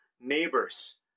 neighbors